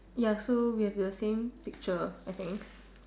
ya so we have your same picture I think